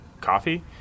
coffee